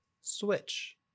Switch